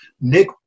Nick